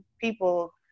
people